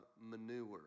manure